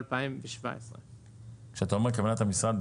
אני רק רוצה לחדד.